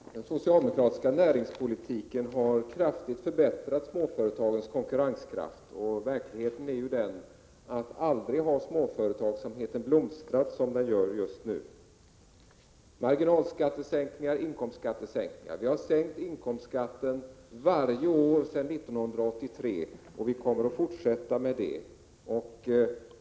Herr talman! Den socialdemokratiska näringspolitiken har kraftigt förbättrat småföretagens konkurrenskraft. Verkligheten är den att småföretagsamheten aldrig har blomstrat som den gör just nu. Så till frågan om marginalskattesänkningar och inkomstskattesänkningar. Vi har sänkt inkomstskatten varje år sedan 1983, och vi kommer att fortsätta med det.